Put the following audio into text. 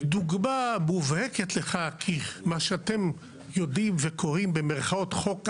דוגמה מובהקת לכך היא מה שאתם יודעים וקוראים במירכאות "חוק אייזנברג"